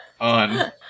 on